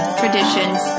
traditions